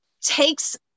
takes